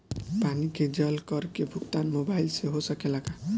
पानी के जल कर के भुगतान मोबाइल से हो सकेला का?